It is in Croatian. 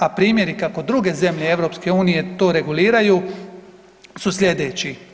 A primjeri kako druge zemlje EU to reguliraju su slijedeći.